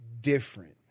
different